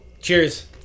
Cheers